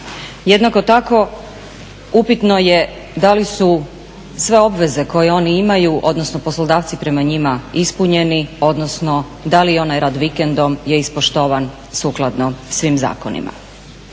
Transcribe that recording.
Jednako tako upitno je da li su sve obveze koje oni imaju, odnosno poslodavci prema njima, ispunjene odnosno da li je onaj rad vikendom ispoštovan sukladno svim zakonima.